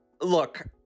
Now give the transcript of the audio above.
Look